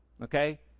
Okay